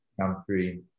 country